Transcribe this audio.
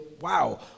wow